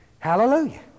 Hallelujah